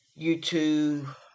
YouTube